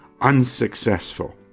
unsuccessful